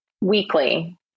weekly